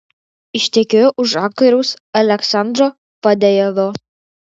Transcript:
ištekėjo už aktoriaus aleksandro fadejevo